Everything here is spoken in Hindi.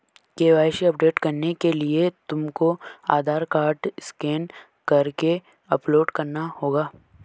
के.वाई.सी अपडेट करने के लिए तुमको आधार कार्ड स्कैन करके अपलोड करना होगा